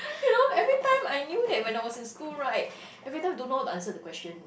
you know every time I knew that when I was in school right every time don't know how to answer the question